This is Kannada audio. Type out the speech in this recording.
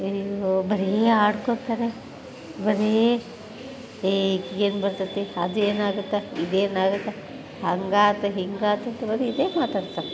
ಬರೀ ಆಡ್ಕೊತಾರೆ ಬರೀ ಈ ಏನ್ಬರ್ತದೆ ಅದು ಏನಾಗುತ್ತೆ ಇದು ಏನಾಗುತ್ತೆ ಹಾಗಾಯ್ತು ಹೀಗಾಯ್ತು ಅಂತ ಬರೀ ಇದೇ ಮಾತಾಡ್ತಾರೆ